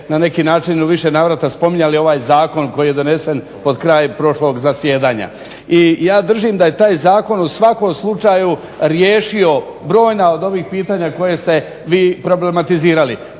na neki način u više navrata spominjali ovaj zakon koji je donesen potkraj prošlog zasjedanja i ja držim da je taj zakon u svakom slučaju riješio brojna od ovih pitanja koja ste vi problematizirali.